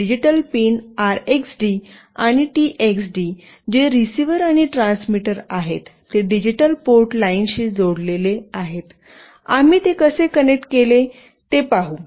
digital pin RXD आणि TXD जे receiver आणि ट्रान्समीटर आहेत ते डिजिटल पोर्ट लाइनशी जोडलेले आहेत आम्ही ते कसे कनेक्ट केले ते पाहू